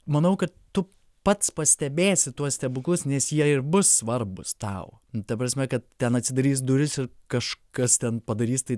manau kad tu pats pastebėsi tuos stebuklus nes jie ir bus svarbūs tau nu ta prasme kad ten atsidarys durys ir kažkas ten padarys tai